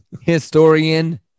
Historian